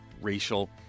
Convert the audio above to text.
racial